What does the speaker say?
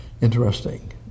interesting